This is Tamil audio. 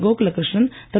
கோகுலகிருஷ்ணன் திரு